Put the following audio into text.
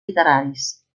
literaris